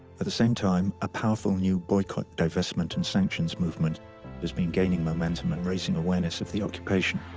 at the same time, a powerful new boycott, divestment, and sanctions movement has been gaining momentum and raising awareness of the occupation o